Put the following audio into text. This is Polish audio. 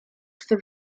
chce